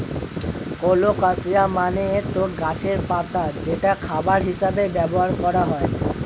colocasia মানে তো গাছের পাতা যেটা খাবার হিসেবে ব্যবহার করা হয়